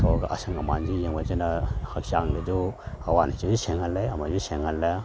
ꯊꯣꯛꯑꯒ ꯑꯁꯪ ꯑꯃꯥꯟꯁꯤ ꯌꯦꯡꯕꯁꯤꯅ ꯍꯛꯆꯥꯡꯗꯁꯨ ꯍꯋꯥ ꯅꯨꯡꯁꯤꯠꯁꯨ ꯁꯦꯡꯍꯜꯂꯦ ꯑꯃꯁꯨ ꯁꯦꯡꯍꯜꯂꯦ